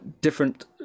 different